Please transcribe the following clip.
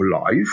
life